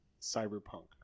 Cyberpunk